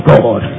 God